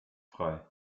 frei